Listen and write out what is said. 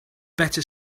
better